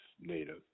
Native